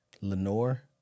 Lenore